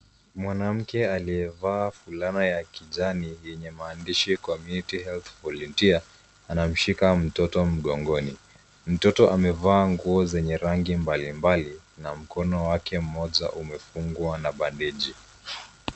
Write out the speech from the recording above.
Mwanamke aliyevaa fulana ya kijani yenye maandishi community health volunteer anamshika mtoto mgongoni, mtoto amevaa nguo zenye rangi mbalimbali na mkono wake mmoja umefungwa na bandeji.